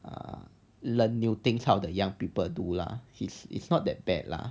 err learn new things out of the young people do lah it's it's not that bad lah